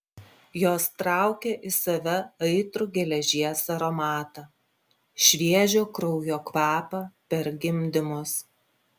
jos traukė į save aitrų geležies aromatą šviežio kraujo kvapą per gimdymus